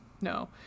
no